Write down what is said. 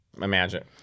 imagine